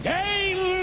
Game